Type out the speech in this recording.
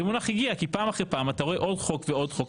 זה מונח שהגיע כי פעם אחר פעם אתה רואה עוד חוק ועוד חוק,